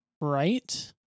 right